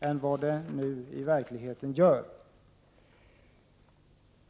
än vad nu är fallet.